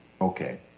okay